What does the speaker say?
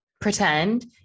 pretend